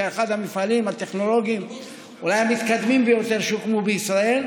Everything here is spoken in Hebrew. שהיה אולי אחד המופעלים הטכנולוגיים המתקדמים ביותר שהוקמו בישראל,